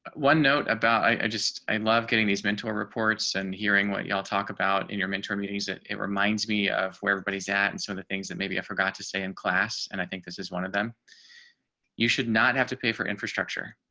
one note about i just, i love getting these mentor reports and hearing what y'all talk about in your mentor meetings. it it reminds me of where everybody's at. and so the things that maybe i forgot to say in class and i think this is one of them. jeff terrell you should not have to pay for infrastructure.